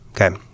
Okay